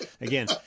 Again